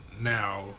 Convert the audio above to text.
now